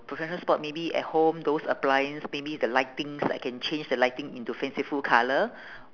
professional spot maybe at home those appliance maybe the lightings I can change the lightning into fanciful colour